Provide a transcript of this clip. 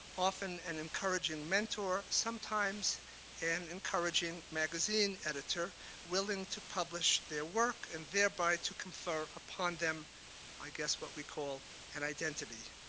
often an encouraging mentor, sometimes an encouraging magazine editor willing to publish their work, and thereby to confer upon them i guess what we call an identity.